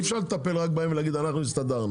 אי אפשר לטפל רק בהם ולהגיד, אנחנו הסתדרנו.